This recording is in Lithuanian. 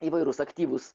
įvairūs aktyvūs